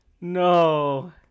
No